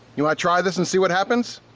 you wanna try this and see what happens?